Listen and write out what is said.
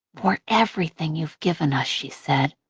for everything you've given us, she said.